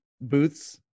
booths